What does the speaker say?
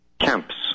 camps